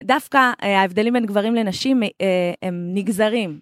דווקא ההבדלים בין גברים לנשים הם נגזרים.